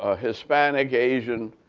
ah hispanic, asian,